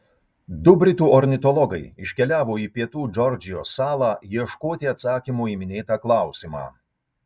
du britų ornitologai iškeliavo į pietų džordžijos salą ieškoti atsakymo į minėtą klausimą